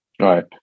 Right